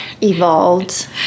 evolved